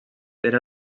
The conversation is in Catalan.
era